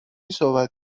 صحبت